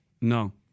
No